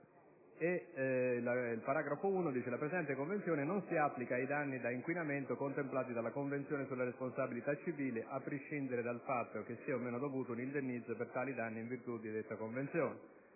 il paragrafo 1 recita: "La presente Convenzione non si applica ai danni da inquinamento contemplati dalla Convenzione sulla responsabilità civile, a prescindere dal fatto che sia o meno dovuto un indennizzo per tali danni in virtù di detta Convenzione".